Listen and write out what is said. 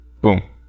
Boom